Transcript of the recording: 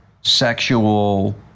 sexual